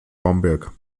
bamberg